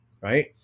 right